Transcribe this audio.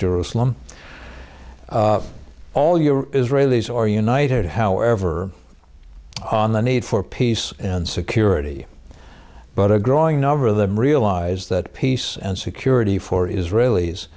jerusalem all your israelis or united however on the need for peace and security but a growing number of them realize that peace and security for israelis